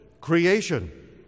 creation